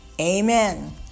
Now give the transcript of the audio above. Amen